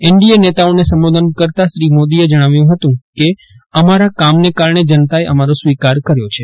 NDA નેતાઓને સંબોધન કરતાં શ્રી મોદીએ જણાવ્યું હતું કે અમારા કામના કારણે જનતાએ અમારો સ્વીકાર કર્યો છે